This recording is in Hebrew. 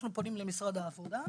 אנחנו פונים למשרד העבודה.